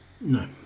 No